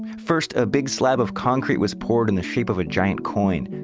first, a big slab of concrete was poured in the shape of a giant coin.